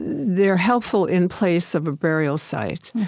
they're helpful in place of a burial site.